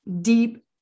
deep